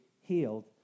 healed